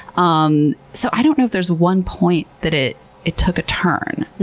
um so i don't know if there's one point that it it took a turn,